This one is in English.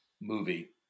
movie